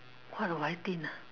what would I think ah